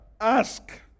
ask